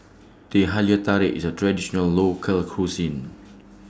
Teh Halia Tarik IS A Traditional Local Cuisine